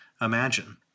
imagine